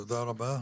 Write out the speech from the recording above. תודה רבה.